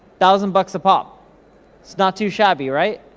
thousand bucks a pop. it's not too shabby, right?